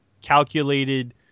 calculated